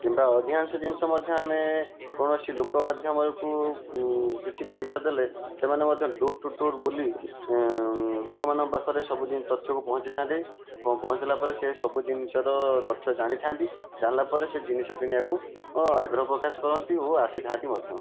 କିମ୍ବା ଅଧିକାଂଶ ଜିନିଷ ମଧ୍ୟ ଆମେ କୌଣସି ଲୁକ ମାଧ୍ୟମକୁ କିଛି ପଇସା ଦେଲେ ସେମାନେ ମଧ୍ୟ ଡୋର ଟୁ ଡୋର ବୁଲି ଲୋକମାନଙ୍କ ପାଖରେ ସବୁଦିନ ତଥ୍ୟକୁ ପହଞ୍ଚାଇ ଥାନ୍ତି ଏବଂ ପହଞ୍ଚିଲା ପରେ ସେ ସବୁ ଜିନିଷର ତଥ୍ୟ ଜାଣିଥାନ୍ତି ଜାଣିଲା ପରେ ସେ ଜିନିଷ କିଣିବାକୁ ଆଗ୍ରହ ପ୍ରକାଶ କରନ୍ତି ଓ ଆସିଥାନ୍ତି ମଧ୍ୟ